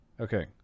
okay